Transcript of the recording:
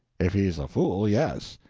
if he is a fool, yes.